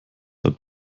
beim